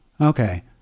okay